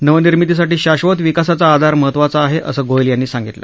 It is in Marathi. नवनिर्मितीसाठी शाश्वत विकासाचा आधार महत्वाचा आहे असं गोयल यांनी सांगितलं